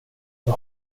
jag